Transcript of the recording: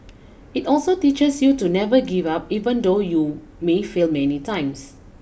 it also teaches you to never give up even though you may fail many times